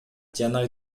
жана